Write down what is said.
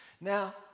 Now